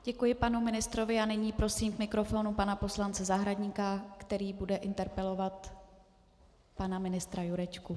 Děkuji panu ministrovi a nyní prosím k mikrofonu pana poslance Zahradníka, který bude interpelovat pana ministra Jurečku.